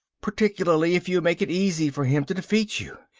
particularly if you make it easy for him to defeat you.